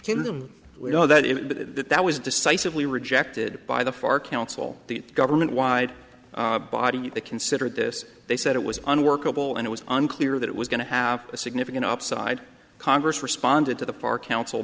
them we know that it but that was decisively rejected by the far council the government wide body they considered this they said it was unworkable and it was unclear that it was going to have a significant upside congress responded to the park council